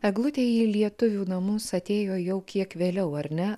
eglutė į lietuvių namus atėjo jau kiek vėliau ar ne